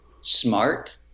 smart